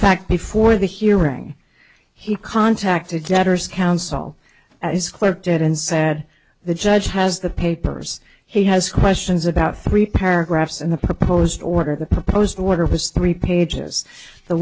fact before the hearing he contacted debtors counsel as clerk did and said the judge has the papers he has questions about three paragraphs in the proposed order the proposed order has three pages the